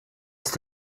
ist